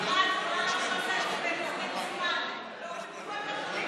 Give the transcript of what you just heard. אם את יכולה להרשות לעצמך באופן כל כך חריג,